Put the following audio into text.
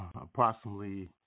approximately